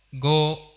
go